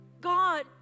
God